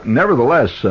nevertheless